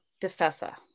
Defesa